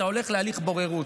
אתה הולך להליך בוררות.